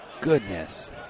goodness